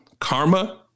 Karma